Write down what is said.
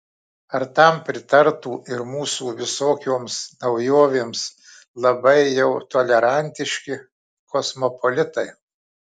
ar tam pritartų ir mūsų visokioms naujovėms labai jau tolerantiški kosmopolitai